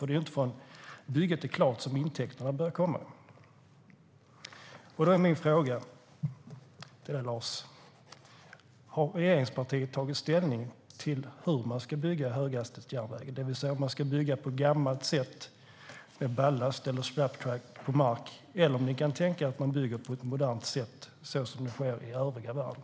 Det är inte förrän bygget är klart som intäkterna börjar komma. Min fråga till dig, Lars Mejern Larsson, är: Har regeringspartiet tagit ställning till hur man ska bygga höghastighetsvägen, det vill säga om man ska bygga på gammalt sätt med ballast eller snaptrack på mark eller om ni kan tänka er att man bygger på ett modernt sätt, så som det sker i övriga världen?